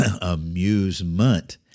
amusement